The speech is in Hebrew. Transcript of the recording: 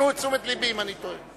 תפנו את תשומת לבי אם אני טועה.